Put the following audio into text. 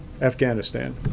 Afghanistan